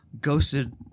Ghosted